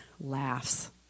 laughs